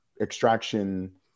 extraction